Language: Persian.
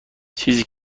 چیزی